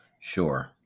Sure